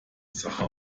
sache